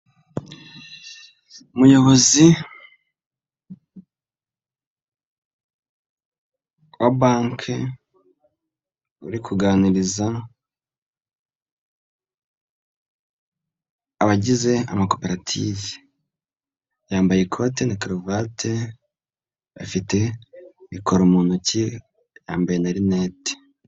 Umuyobozi wa banki uri kuganiriza abagize amakoperative, yambaye ikote na karuvati afite ikora mu ntoki yarineti.